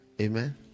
Amen